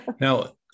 Now